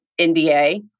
NDA